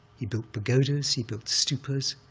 he built pagodas. he built stupas.